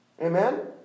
Amen